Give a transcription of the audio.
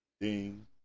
Ding